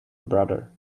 brother